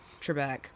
Trebek